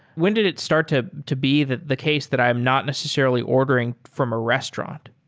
when did it start to to be the the case that i'm not necessarily ordering from a restaurant?